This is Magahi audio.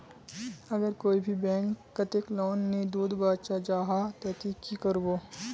अगर कोई भी बैंक कतेक लोन नी दूध बा चाँ जाहा ते ती की करबो?